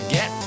Get